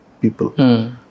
people